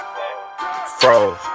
Froze